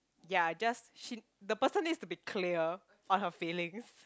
ya just she the person needs to be clear on her feelings